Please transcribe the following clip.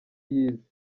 yize